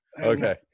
Okay